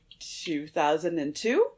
2002